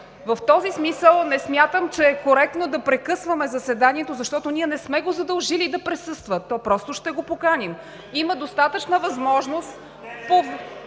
В този смисъл не смятам, че е коректно да прекъсваме заседанието, защото ние не сме го задължили да присъства, а ще го поканим. Има достатъчна възможност